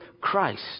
Christ